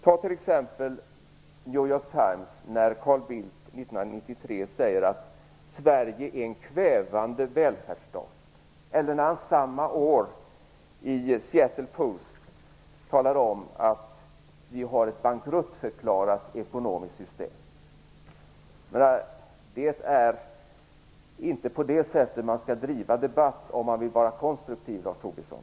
Ta t.ex. New York Times, där Carl Bildt 1993 sade att Sverige är en kvävande välfärdsstat, eller när han samma år i Seattle Post talade om att vi har ett bankruttförklarat ekonomiskt system. Jag menar att det inte är på det sättet man skall driva debatt, om man vill vara konstruktiv, Lars Tobisson.